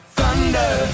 Thunder